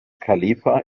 khalifa